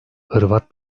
hırvat